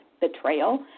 betrayal